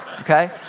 okay